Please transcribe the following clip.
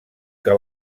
que